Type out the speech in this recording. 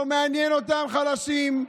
לא מעניינים אותם חלשים,